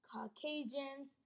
Caucasians